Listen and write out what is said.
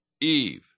Eve